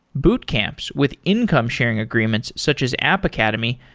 boot camps with income sharing agreements, such as app academy,